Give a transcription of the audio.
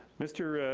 mr.